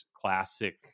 classic